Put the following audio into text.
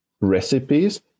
recipes